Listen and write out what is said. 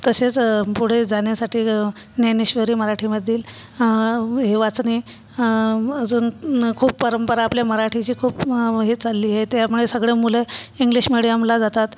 तसेच पुढे जाण्यासाठी ज्ञानेश्वरी मराठी मधील हे वाचणे अजून खूप परंपरा आपल्या मराठीची खूप ही चाललीय त्यामुळे सगळी मुलं इंग्लिश मीडियमला जातात